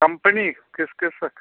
company किस किस